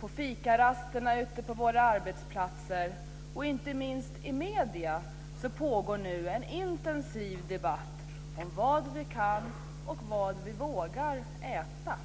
på fikarasterna ute på våra arbetsplatser och inte minst i medierna pågår nu en intensiv debatt om vad vi kan och vad vi vågar äta.